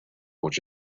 which